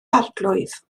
arglwydd